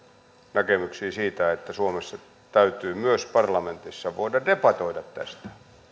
näkemyksiin siitä että suomessa täytyy myös parlamentissa voida debatoida tästä